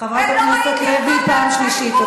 אחד, חברת הכנסת לוי, פעם שלישית.